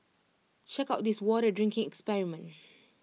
check out this water drinking experiment